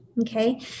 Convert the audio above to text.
okay